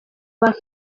bantu